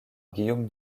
guillaume